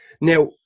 Now